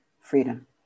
freedom